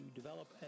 develop